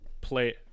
play